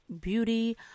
Beauty